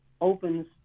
opens